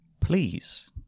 Please